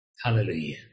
Hallelujah